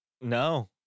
No